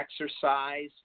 exercise